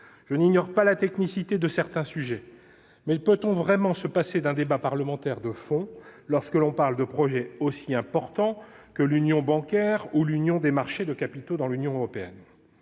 Je n'ignore pas la technicité de certains sujets, mais peut-on vraiment se passer d'un débat parlementaire de fond sur des projets aussi importants que l'union bancaire ou l'union des marchés de capitaux dans l'Union européenne ?